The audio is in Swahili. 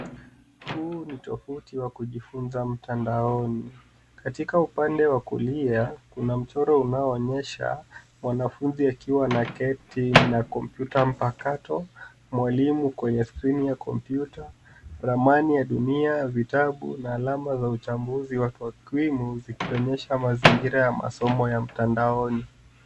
Huu ni tovuti wa kujifunza mtandaoni. Katika upande wa kulia, kuna mchoro unaoonyesha mwanafunzi akiwa anaketi na kompyuta mpakato, mwalimu kwenye skrini ya kompyuta, ramani ya dunia, vitabu na alama za uchambuzi wa takwimu zikionyesha mazingira ya masomo ya mtandaoni.